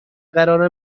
قرار